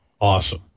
awesome